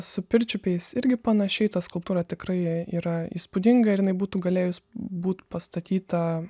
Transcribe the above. su pirčiupiais irgi panašiai ta skulptūra tikrai yra įspūdinga ir jinai būtų galėjus būt pastatyta